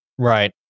Right